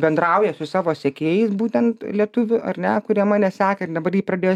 bendrauja su savo sekėjais būtent lietuvių ar ne kurie mane seka ir dabar jį pradėjo